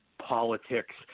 Politics